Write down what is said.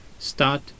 Start